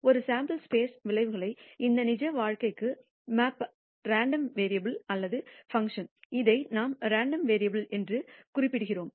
ஒரு sample space விளைவுகளை இந்த நிஜ வாழ்க்கைக்கு மேப்பாக்கும் ரேண்டம் வேரியபுல் அல்லது பங்க்ஷன் இதை நாம் ஒரு ரேண்டம் வேரியபுல் என்று குறிப்பிடுகிறோம்